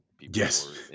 Yes